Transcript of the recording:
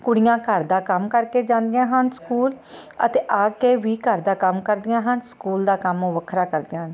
ਕੁੜੀਆਂ ਘਰ ਦਾ ਕੰਮ ਕਰਕੇ ਜਾਂਦੀਆਂ ਹਨ ਸਕੂਲ ਅਤੇ ਆ ਕੇ ਵੀ ਘਰ ਦਾ ਕੰਮ ਕਰਦੀਆਂ ਹਨ ਸਕੂਲ ਦਾ ਕੰਮ ਉਹ ਵੱਖਰਾ ਕਰਦੀਆਂ ਹਨ